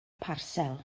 parsel